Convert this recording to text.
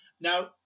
Now